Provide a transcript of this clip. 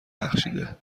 بخشیده